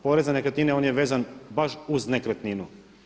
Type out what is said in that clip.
Porez na nekretnine on je vezan baš uz nekretninu.